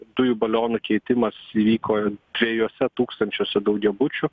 dujų baliono keitimas vyko trijuose tūkstančiuose daugiabučių